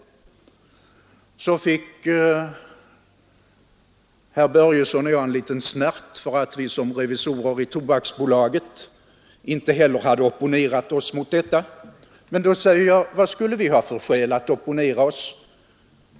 Så fick herr Börjesson i Glömminge och jag en liten snärt för att vi som revisorer i Tobaksbolaget inte heller har opponerat oss mot vinstöverföringen. Men vad skulle vi ha för skäl att opponera oss?